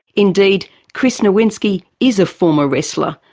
indeed chris nowinski is a former wrestler,